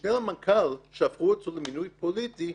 שהמשנה למנכ"ל שהפכו אותו למינוי פוליטי,